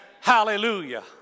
Hallelujah